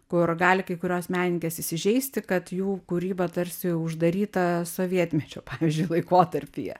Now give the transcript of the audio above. kur gali kai kurios menininkės įsižeisti kad jų kūryba tarsi uždaryta sovietmečio pavyzdžiui laikotarpyje